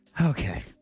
Okay